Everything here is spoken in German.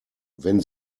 wenn